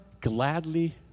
gladly